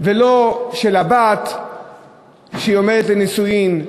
לא של הבת שעומדת לפני נישואין,